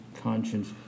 conscience